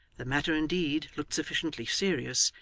the matter indeed looked sufficiently serious,